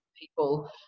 people